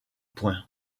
point